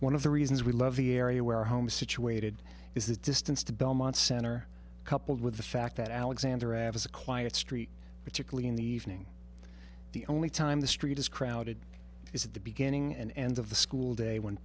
one of the reasons we love the area where home is situated is the distance to belmont center coupled with the fact that alexander as a quiet street particularly in the evening the only time the street is crowded is the beginning and end of the school day when